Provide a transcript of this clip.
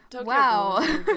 wow